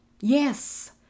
Yes